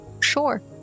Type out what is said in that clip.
Sure